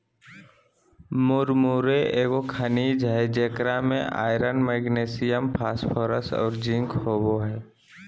मुरमुरे एगो खनिज हइ जेकरा में आयरन, मैग्नीशियम, फास्फोरस और जिंक होबो हइ